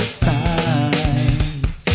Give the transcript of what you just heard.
signs